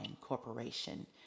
corporation